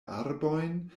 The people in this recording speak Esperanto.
arbojn